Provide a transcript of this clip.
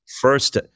first